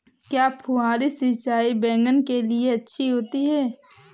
क्या फुहारी सिंचाई बैगन के लिए अच्छी होती है?